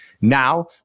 Now